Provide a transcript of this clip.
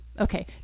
Okay